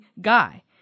guy